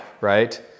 right